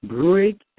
break